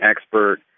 expert